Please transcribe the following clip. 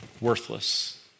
worthless